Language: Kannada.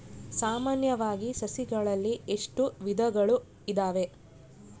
ಸಾಮಾನ್ಯವಾಗಿ ಸಸಿಗಳಲ್ಲಿ ಎಷ್ಟು ವಿಧಗಳು ಇದಾವೆ?